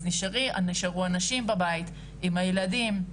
אז נשארו הנשים בבית עם הילדים.